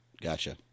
Gotcha